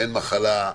אין מחלה,